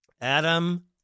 Adam